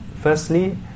firstly